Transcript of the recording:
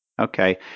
Okay